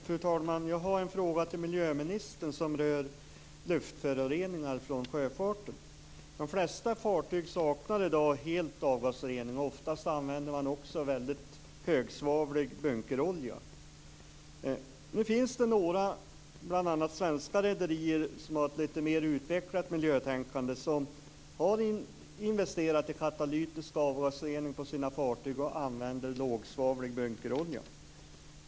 Fru talman! Jag har en fråga till miljöministern som rör luftföroreningar från sjöfarten. De flesta fartyg saknar i dag helt avgasrening. Ofta använder man också väldigt högsvavlig bunkerolja. Nu finns det några rederier - bl.a. svenska - som har ett lite mer utvecklat miljötänkande och som har investerat i katalystisk avgasrening på sina fartyg och använder lågsvavlig bunkerolja.